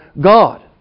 God